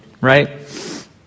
right